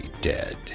dead